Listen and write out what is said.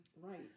Right